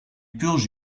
purge